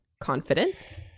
confidence